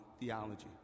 Theology